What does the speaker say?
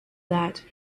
that